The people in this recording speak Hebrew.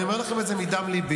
אני אומר לכם את זה מדם ליבי,